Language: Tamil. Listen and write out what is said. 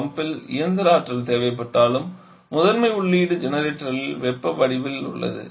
பம்பில் இயந்திர ஆற்றல் தேவைப்பட்டாலும் முதன்மை உள்ளீடு ஜெனரேட்டரில் வெப்ப வடிவில் உள்ளது